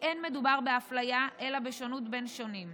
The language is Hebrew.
לא מדובר באפליה אלא בשונות בין שונים.